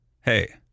hey